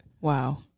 Wow